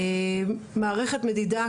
מערכת מדידה,